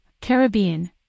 Caribbean